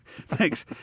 Thanks